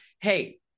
Hey